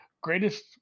Greatest